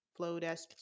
flowdesk